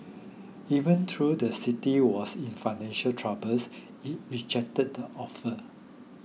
even though the city was in financial troubles it rejected the offer